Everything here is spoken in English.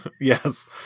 Yes